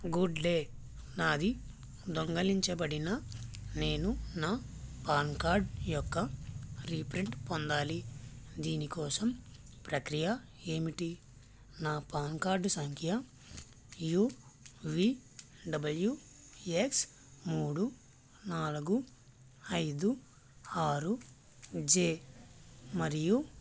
good day నాది దొంగిలించబడిన నేను నా పాన్ కార్డ్ యొక్క రీప్రింట్ పొందాలి దీని కోసం ప్రక్రియ ఏమిటి నా పాన్ కార్డ్ సంఖ్య యూ వీ డబ్ల్యూ ఎక్స్ మూడు నాలుగు ఐదు ఆరు జే మరియు